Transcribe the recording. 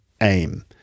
aim